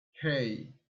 hey